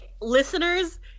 listeners